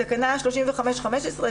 בתקנה 35(15),